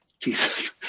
Jesus